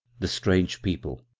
the strange people,